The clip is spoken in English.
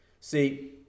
See